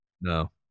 no